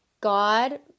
god